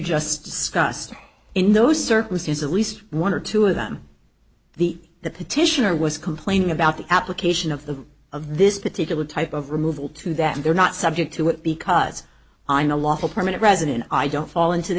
just scots in those circumstances least one or two of them the petitioner was complaining about the application of this particular type of removal to that they're not subject to it because i'm a lawful permanent resident i don't fall into the